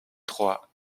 trois